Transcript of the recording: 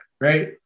right